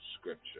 scripture